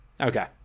Okay